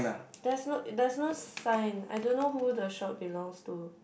there's no there's no sign I don't know who the shop belongs to